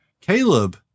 Caleb